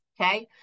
okay